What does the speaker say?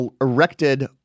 erected